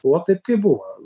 buvo taip kaip buvo